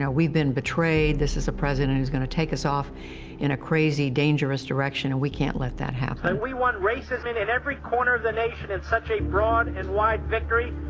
we've been betrayed, this is a president who's going to take us off in a crazy dangerous direction, and we can't let that happen. and we won races and in every corner of the nation, in such a broad and wide victory,